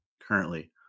currently